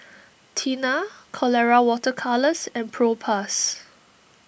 Tena Colora Water Colours and Propass